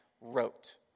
wrote